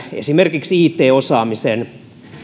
esimerkiksi it osaamisen